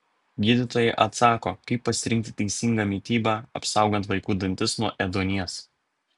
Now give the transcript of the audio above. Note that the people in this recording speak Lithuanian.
gydytojai atsako kaip pasirinkti teisingą mitybą apsaugant vaikų dantis nuo ėduonies